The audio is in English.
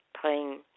playing